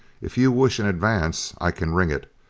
if you wish an advance, i can ring it.